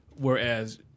whereas